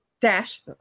Dash